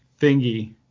thingy